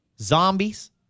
zombies